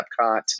Epcot